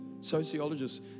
sociologists